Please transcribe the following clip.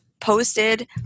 posted